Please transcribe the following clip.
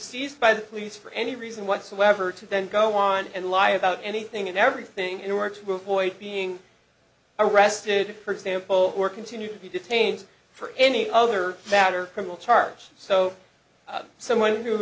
seized by the police for any reason whatsoever to then go on and lie about anything and everything in order to avoid being arrested for example or continue to be detained for any other matter criminal charge so someone who